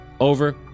over